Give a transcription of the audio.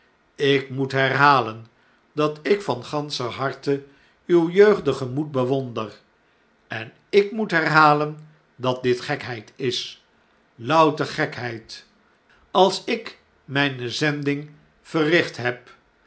lk moet herhalen dat ik van ganscher harte uw jeugdigen moed bewonder en ik moet herhalen dat dit gekheid is louter gekheid als ik mijne zending verricht heb